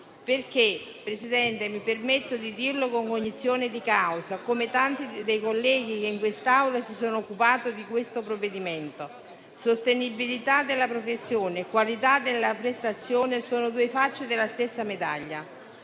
perché - Presidente, mi permetto di dirlo con cognizione di causa, come tanti colleghi che in quest'Aula si sono occupati del provvedimento - sostenibilità della professione e qualità della prestazione sono due facce della stessa medaglia.